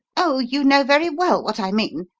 oh, you know very well what i mean,